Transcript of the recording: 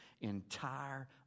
entire